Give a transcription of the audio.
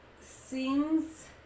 seems